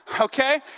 Okay